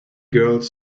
girls